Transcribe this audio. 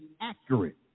accurate